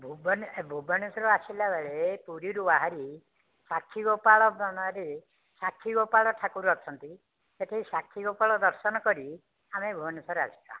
ଭୁବନେଶ୍ୱରରୁ ଆସିଲା ବେଳେ ପୁରୀରୁ ବାହାରି ସାକ୍ଷୀଗୋପାଳ ସ୍ଥାନରେ ସାକ୍ଷୀଗୋପାଳ ଠାକୁର ଅଛନ୍ତି ସେଇଠି ସାକ୍ଷୀଗୋପାଳ ଦର୍ଶନ କରି ଆମେ ଭୁବନେଶ୍ୱର ଆସିବା